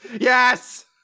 Yes